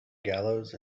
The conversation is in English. gallows